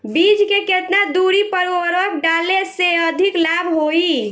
बीज के केतना दूरी पर उर्वरक डाले से अधिक लाभ होई?